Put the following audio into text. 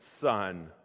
son